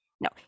No